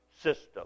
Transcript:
system